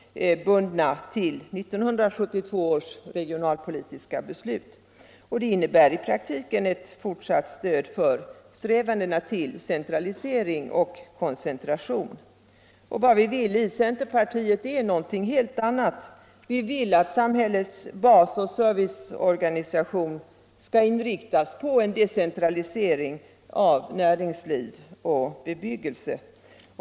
Men direktiven är mycket hårt bundna till 1972 års regionalpolitiska beslut, och det innebär i praktiken ett fortsatt stöd för strävandena till centralisering och koncentration. Vad vi i centern vill är någonting helt annat: Vi vill att samhällets basoch serviceorganisation skall inriktas på en decentralisering av näringsliv och bebyggelse.